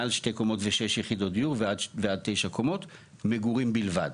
מעל שתי קומות לשש יחידות דיור ועד תשע קומות מגורים בלבד.